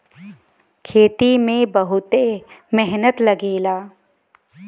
खेती में बहुते मेहनत लगेला